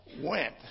went